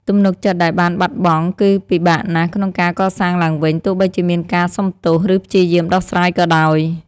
ទំនុកចិត្តដែលបានបាត់បង់ គឺពិបាកណាស់ក្នុងការកសាងឡើងវិញ ទោះបីជាមានការសុំទោស ឬព្យាយាមដោះស្រាយក៏ដោយ។